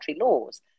laws